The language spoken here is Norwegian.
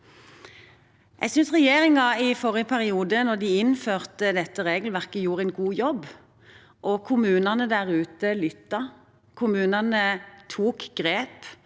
Jeg synes regjeringen i forrige periode da de innførte dette regelverket, gjorde en god jobb. Kommunene der ute lyttet. Kommunene tok grep.